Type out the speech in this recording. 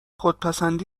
خودپسندی